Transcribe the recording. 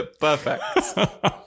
Perfect